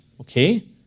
Okay